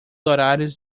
horários